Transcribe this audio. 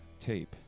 tape